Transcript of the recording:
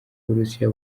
uburusiya